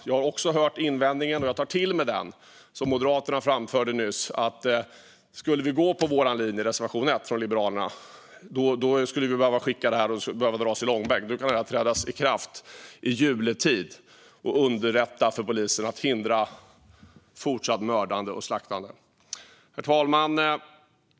Jag har hört och tar till mig invändningen som Moderaterna framförde nyss att om vi skulle gå på vår linje, reservation 1 från Liberalerna, då skulle vi behöva skicka det här att dras i långbänk. Nu kan det träda i kraft i juletid och underlätta för polisen att hindra fortsatt mördande och slaktande. Herr talman!